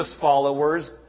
followers